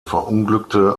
verunglückte